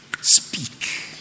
Speak